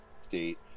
state